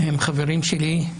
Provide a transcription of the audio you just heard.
חברים שלי.